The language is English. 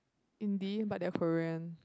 indie but they're Korean